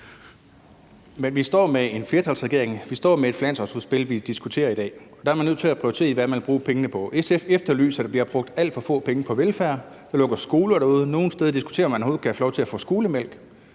vi står med en flertalsregering, og vi står med et finanslovsudspil, vi diskuterer i dag, og der er man nødt til at prioritere, hvad man vil bruge pengene på. SF siger, at der bliver brugt alt for få penge på velfærd. Der lukkes skoler derude, og nogle steder diskuterer man, om man overhovedet skal have lov til at få skolemælk.